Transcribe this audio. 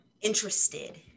interested